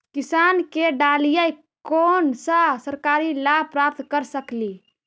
किसान के डालीय कोन सा सरकरी लाभ प्राप्त कर सकली?